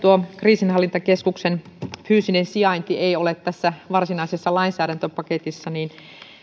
kriisinhallintakeskuksen fyysinen sijainti ei todella ole tässä varsinaisessa lainsäädäntöpaketissa niin